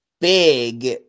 big